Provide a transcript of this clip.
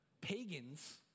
pagans